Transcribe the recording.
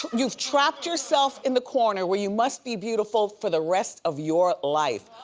you've trapped yourself in the corner where you must be beautiful for the rest of your life.